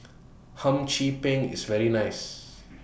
Hum Chim Peng IS very nice